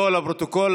לא לפרוטוקול.